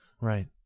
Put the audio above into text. Right